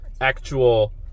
actual